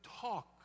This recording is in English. talk